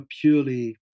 purely